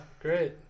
great